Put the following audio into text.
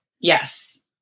Yes